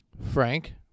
Frank